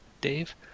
Dave